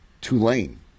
Tulane